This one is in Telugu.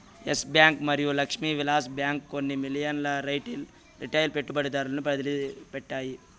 ఎస్ బ్యాంక్ మరియు లక్ష్మీ విలాస్ బ్యాంక్ కొన్ని మిలియన్ల రిటైల్ పెట్టుబడిదారులను వదిలిపెట్టాయి